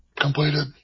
completed